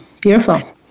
Beautiful